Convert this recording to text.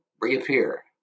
reappear